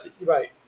Right